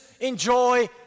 enjoy